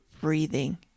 breathing